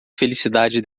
felicidade